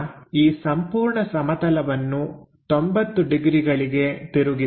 ಈಗ ಈ ಸಂಪೂರ್ಣ ಸಮತಲವನ್ನು 90 ಡಿಗ್ರಿಗಳಿಗೆ ತಿರುಗಿಸೋಣ